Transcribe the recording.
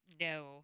No